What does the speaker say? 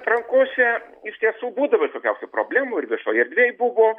atrankose iš tiesų būdavo visokiausių problemų ir viešoj erdvėj buvo